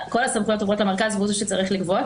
כל הסמכויות עוברות למרכז והוא זה שצריך לגבות,